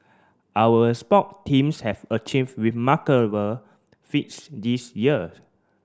our sport teams have achieve remarkable feats this year